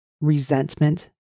resentment